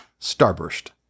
Starburst